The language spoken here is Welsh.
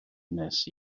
wnes